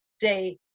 day